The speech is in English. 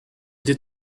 did